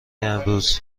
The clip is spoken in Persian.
امروز